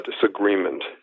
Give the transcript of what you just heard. disagreement